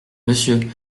monsieur